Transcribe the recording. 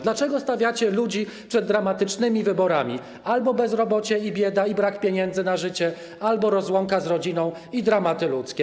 Dlaczego stawiacie ludzi przed dramatycznymi wyborami: albo bezrobocie i bieda, i brak pieniędzy na życie, albo rozłąka z rodziną i dramaty ludzkie?